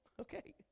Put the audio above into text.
Okay